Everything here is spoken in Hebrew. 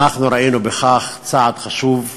אנחנו ראינו בכך צעד חשוב,